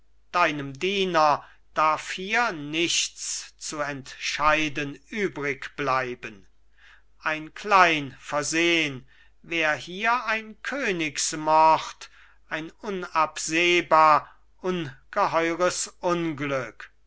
deinem diener darf hier nichts zu entscheiden übrig bleiben ein klein versehn wär hier ein königsmord ein unabsehbar ungeheures unglück